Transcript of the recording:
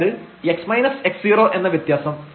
അതായത് x x൦ എന്ന വ്യത്യാസം